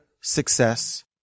success